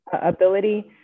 ability